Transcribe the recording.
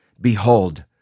behold